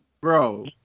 Bro